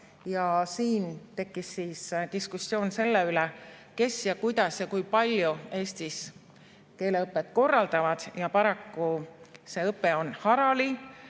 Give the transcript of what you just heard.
Siin tekkis diskussioon selle üle, kes ja kuidas ja kui palju Eestis keeleõpet korraldavad. Paraku see õpe on harali.